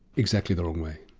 exactly the wrong way,